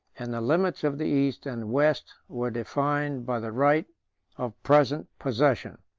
and the limits of the east and west were defined by the right of present possession.